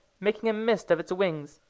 making a mist of its wings,